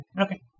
Okay